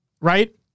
right